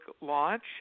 launch